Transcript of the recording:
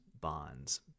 bonds